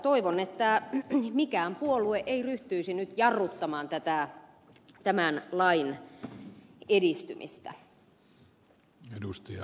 toivon että mikään puolue ei ryhtyisi nyt jarruttamaan tämän lain edistymistä